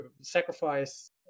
sacrifice